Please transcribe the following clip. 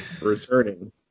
returning